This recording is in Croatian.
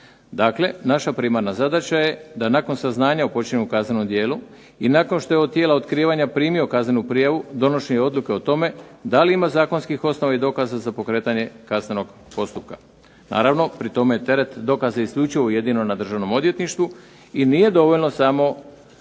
Dakle, naša primarna zadaća je da nakon saznanja o počinjenom kaznenom djelu i nakon što je od tijela otkrivanja primio kaznenu prijavu donošenje odluke o tome da li ima zakonskih osnova i dokaza za pokretanje kaznenog postupka. Naravno, pri tome je teret dokaza isključivo i jedino na Državnom odvjetništvu i nije dovoljno samo